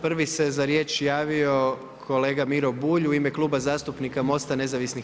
Prvi se za riječ javio kolega Miro Bulj u ime Kluba zastupnika MOST-a.